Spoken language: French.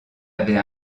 avait